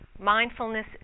Mindfulness